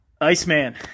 Iceman